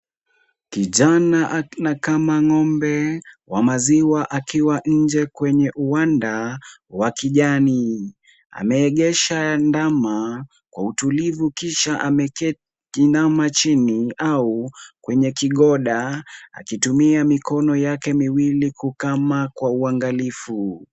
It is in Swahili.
Kijana anakama ng'ombe wa maziwa akiwa nje kwenye uwanja wa kijani. Ameegesha ndama kwa utulivu kisha ameinama chini au kwenye kigonda akitumia mikono yake miwili kukama kwa uangalifu.